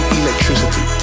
electricity